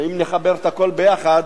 ואם נחבר את הכול ביחד,